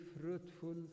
fruitful